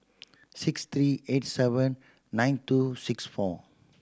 six three eight seven nine two six four